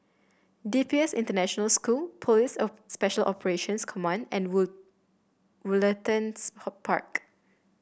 D P S International School Police of Special Operations Command and Wood Woollertons hot Park